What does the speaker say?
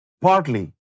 partly